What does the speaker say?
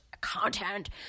content